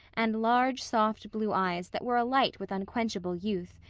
and large, soft blue eyes that were alight with unquenchable youth,